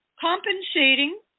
compensating